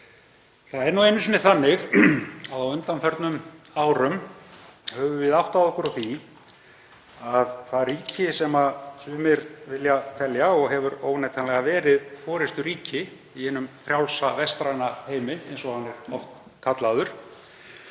Það er nú einu sinni þannig að á undanförnum árum höfum við áttað okkur á því að það ríki sem sumir vilja telja og hefur óneitanlega verið forysturíki í hinum frjálsa vestræna heimi, eins og hann er oft kallaður,